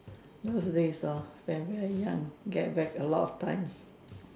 nowadays hor their very young get whack a lot of times